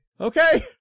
Okay